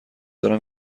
دارم